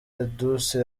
edouce